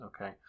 Okay